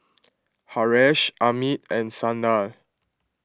Haresh Amit and Sanal